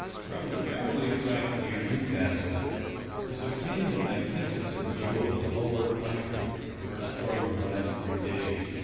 from the railway track near newcastle is obtained a magnificent view of the lower country, traversed during the last three days,